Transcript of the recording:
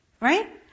Right